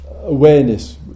awareness